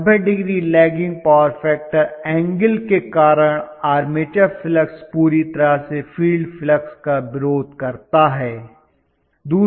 90 degree lagging power factor angle के कारण armature flux पूरी तरह से फील्ड फ्लक्स का विरोध करता है